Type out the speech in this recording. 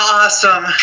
awesome